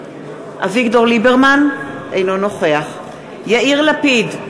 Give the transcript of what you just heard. אינו נוכח יאיר לפיד,